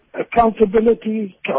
accountability